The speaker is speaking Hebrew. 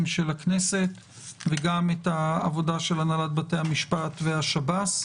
של הכנסת וגם את העבודה של הנהלת בתי המשפט והשב"ס.